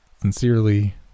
Sincerely